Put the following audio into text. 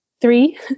three